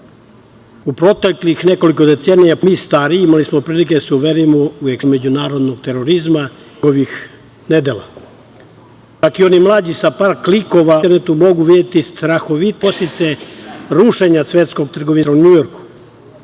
u proteklih nekoliko decenija mi stariji imali smo prilike da se uverimo u ekspanziju međunarodnog terorizma i njegovih nedela. Čak i oni mlađi sa par klikova po internetu mogu videti strahovite podsticaje rušenja Svetskog trgovinskog centra u Njujorku,